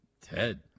Ted